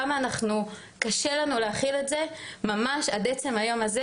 כמה קשה לנו להכיל את זה ממש עד עצם היום הזה,